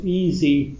easy